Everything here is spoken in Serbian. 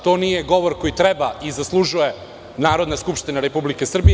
To nije govor koji treba i zaslužuje Narodna skupština Republike Srbije.